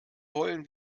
wollen